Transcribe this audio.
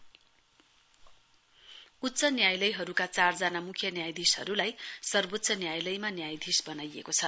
सप्रिम court उच्च न्यायालयहरूका चारजना मुख्य न्यायाधीशहरूलाई सर्वोच्य न्यायालका न्यायाधीश बनाइएको छ